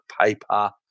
paper